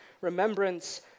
remembrance